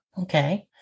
okay